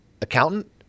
accountant